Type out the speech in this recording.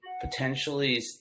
potentially